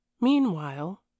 meanwhile